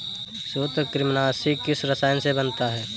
सूत्रकृमिनाशी किस रसायन से बनता है?